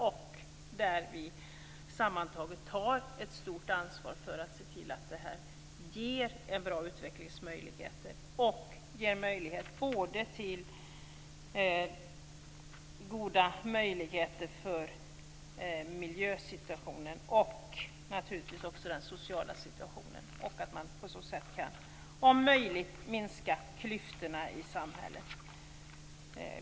Där tar vi sammantaget ett stort ansvar för att se till att detta ger bra utvecklingsmöjligheter och ger möjligheter för miljön och naturligtvis även för den sociala situationen. På så sätt kan man om möjligt minska klyftorna i samhället.